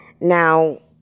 Now